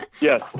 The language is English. yes